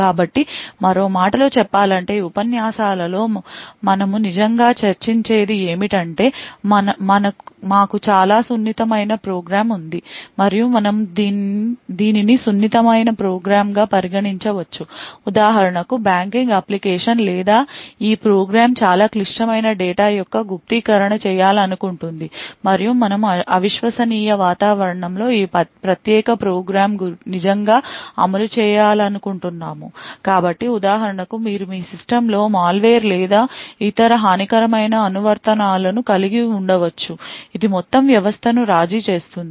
కాబట్టి మరో మాటలో చెప్పాలంటే ఈ ఉపన్యాసాలలో మనము నిజంగా చర్చించేది ఏమిటంటే మాకు చాలా సున్నితమైన ప్రోగ్రామ్ ఉంది మరియు మనము దీనిని సున్నితమైన ప్రోగ్రామ్ గా పరిగణించవచ్చు ఉదాహరణకు బ్యాంకింగ్ అప్లికేషన్ లేదా ఈ ప్రోగ్రామ్ చాలా క్లిష్టమైన డేటా యొక్క గుప్తీకరణ చేయాలనుకుంటుంది మరియు మనము అవిశ్వసనీయ వాతావరణంలో ఈ ప్రత్యేక ప్రోగ్రామ్ నిజంగా అమలు చేయాలనుకుంటున్నాము కాబట్టి ఉదాహరణకు మీరు మీ సిస్టమ్లో మాల్వేర్ లేదా ఇతర హానికరమైన అనువర్తనాలను కలిగి ఉండవచ్చు ఇది మొత్తం వ్యవస్థను రాజీ చేస్తుంది